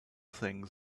things